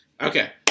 Okay